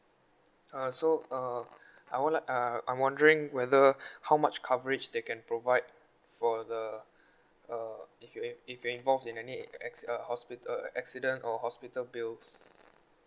uh so uh I would like uh I'm wondering whether how much coverage they can provide for the uh if you if you involved in any acc~ uh hospital accident or hospital bills